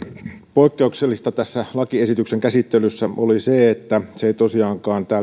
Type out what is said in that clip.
poikkeuksellista tässä lakiesityksen käsittelyssä oli se että se ei tosiaankaan